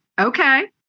okay